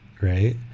right